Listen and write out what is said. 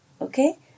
okay